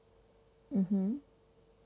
mm hmm